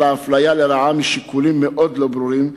אפלייתם לרעה משיקולים מאוד לא ברורים.